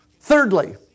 Thirdly